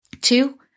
Two